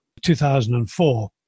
2004